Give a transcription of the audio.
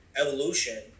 evolution